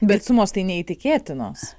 bet sumos tai neįtikėtinos